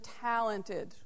talented